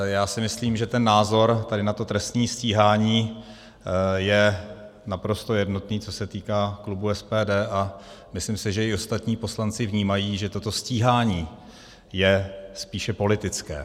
Já si myslím, že ten názor na to trestní stíhání je naprosto jednotný, co se týká klubu SPD, a myslím si, že i ostatní poslanci vnímají, že toto stíhání je spíše politické.